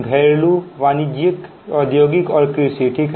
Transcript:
घरेलू वाणिज्यिक औद्योगिक और कृषि ठीक है